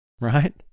right